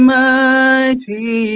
mighty